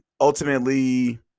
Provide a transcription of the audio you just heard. Ultimately